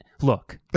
look